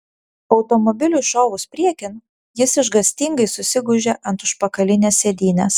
automobiliui šovus priekin jis išgąstingai susigūžė ant užpakalinės sėdynės